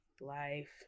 life